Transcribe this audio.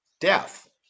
Death